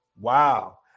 Wow